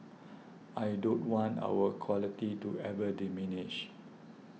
I don't want our quality to ever diminish